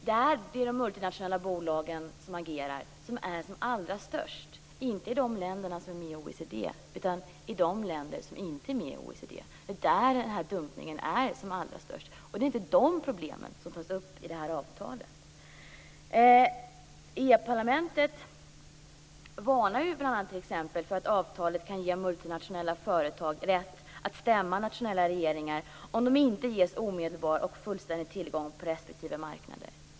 Det är de multinationella bolagen som agerar, de som är allra störst, inte i de länder som är med i OECD, utan i de länder som inte är med i OECD. Det är där den här dumpningen är som allra störst. Det är inte de problemen som tas upp i det här avtalet. EU-parlamentet varnar bl.a. för att avtalet kan ge multinationella företag rätt att stämma nationella regeringar om de inte ges omedelbar och fullständig tillgång till respektive marknad.